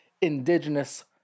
Indigenous